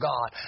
God